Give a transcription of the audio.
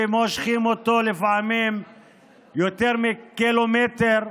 ומושכים אותו לפעמים יותר מקילומטר,